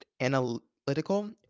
analytical